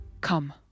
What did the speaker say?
Come